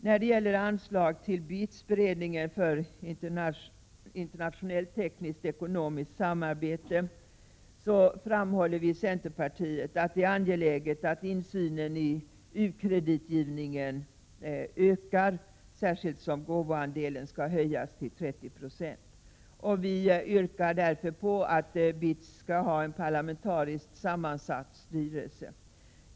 När det gäller anslag till BITS, beredningen för internationellt teknisktekonomiskt samarbete, framhåller vi i centerpartiet att det är angeläget att insynen i u-kreditgivningen ökar, särskilt som gåvoandelen skall höjas till 30 26. Vi yrkar därför att BITS skall ha en parlamentariskt sammansatt styrelse.